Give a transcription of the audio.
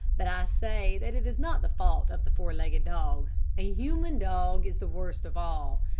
but i say that is not the fault of the four-legged dog. a human dog is the worst of all.